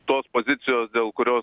tos pozicijos dėl kurios